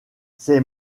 ces